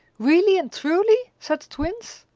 really and truly? said the twins.